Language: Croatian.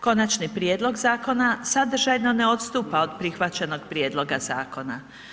Konačni prijedlog zakona sadržajno ne odstupa od prihvaćenog prijedloga zakona.